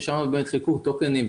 ששם חילקו טוקנים,